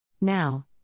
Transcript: Now